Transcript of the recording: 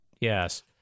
Yes